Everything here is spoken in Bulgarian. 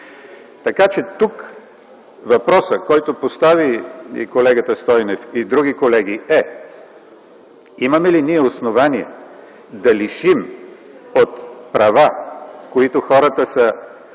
Така че тук въпросът, който постави и колегата Стойнев, и други колеги, е: имаме ли ние основание да лишим от права, които хората са